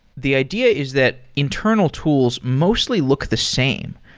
the idea is that internal tools mostly look the same.